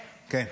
כן.